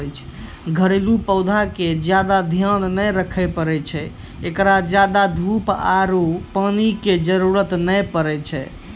घरेलू पौधा के ज्यादा ध्यान नै रखे पड़ै छै, एकरा ज्यादा धूप आरु पानी के जरुरत नै पड़ै छै